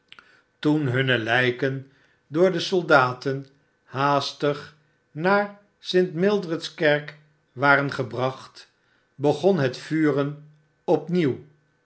toen hunne lijken door de soldaten haastig naar st mildred's kerk waren gebracht begon het vuren opnieuw